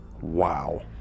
wow